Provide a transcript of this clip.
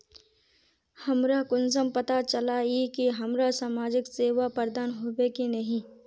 हमरा कुंसम पता चला इ की हमरा समाजिक सेवा प्रदान होबे की नहीं?